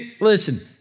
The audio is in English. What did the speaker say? Listen